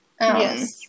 Yes